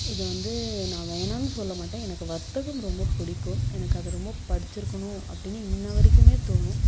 இது வந்து நான் வேணான்னு சொல்ல மாட்டேன் எனக்கு வர்த்தகம் ரொம்ப பிடிக்கும் எனக்கு அது ரொம்ப படிச்சுருக்குணும் அப்படினு இன்ன வரைக்குமே தோணும்